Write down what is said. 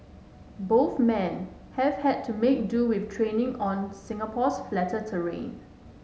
both men have had to make do with training on Singapore's flatter terrain